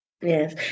Yes